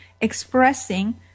expressing